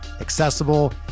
accessible